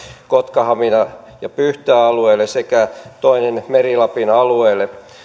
kotka hamina pyhtää alueelle sekä toinen meri lapin alueelle